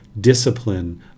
discipline